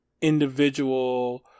individual